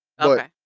Okay